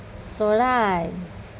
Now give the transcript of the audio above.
চৰাই